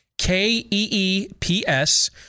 K-E-E-P-S